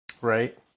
Right